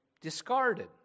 discarded